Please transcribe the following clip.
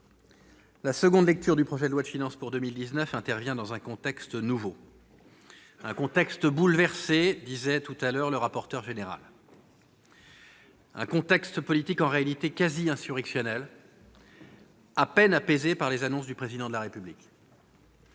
la nouvelle lecture du projet de loi de finances pour 2019 intervient dans un contexte nouveau, un « contexte bouleversé », pour reprendre les mots du rapporteur général, un contexte politique quasi insurrectionnel, à peine apaisé par les annonces du Président de la République.